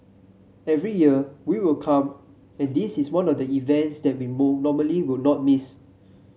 every year we will come and this is one of the events that we normally will not miss